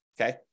okay